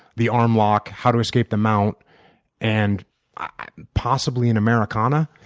the arm lock, how to escape the mount and possibly an americana.